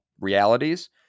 realities